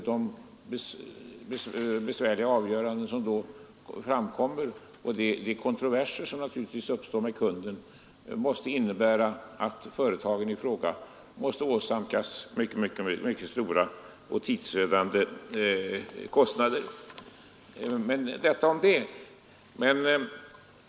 De besvärliga avgöranden och de kontroverser som naturligtvis uppstår med kunden måste innebära att företagen i fråga åsamkas mycket stora kostnader och tidsspillan.